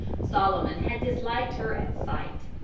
solomon had disliked her at sight.